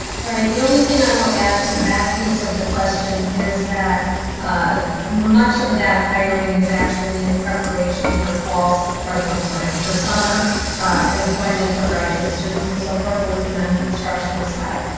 right, the only thing i will add to that piece of the question is that ah much of that hiring is actually in preparation for fall's or, i'm sorry, for summer employment for graduate students and so forth, working on the instructional side.